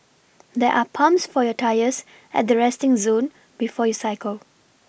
there're pumps for your tyres at the resting zone before you cycle